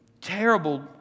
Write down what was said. terrible